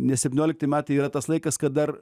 nes septyniolikti metai yra tas laikas kad dar